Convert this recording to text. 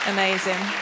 Amazing